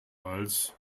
als